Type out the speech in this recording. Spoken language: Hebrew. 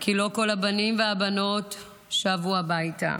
כי לא כל הבנים והבנות שבו הביתה.